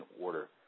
order